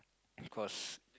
of course